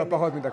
לא, פחות מדקה.